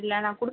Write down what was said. இல்லை நான் குடு